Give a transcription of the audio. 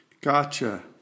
gotcha